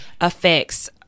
affects